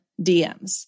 DMs